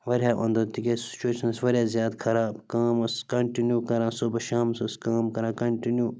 واریَہَو اَنٛدَو تِکیٛازِ سُچِویشَن ٲسۍ واریاہ زیادٕ خراب کٲم ٲس کَنٹِنیوٗ کران صُبحَس شامَس ٲس کٲم کران کَنٹِنیوٗ